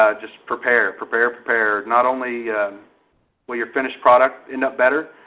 ah just prepare, prepare, prepare. not only will your finished product end up better,